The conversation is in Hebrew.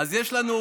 אז יש לנו,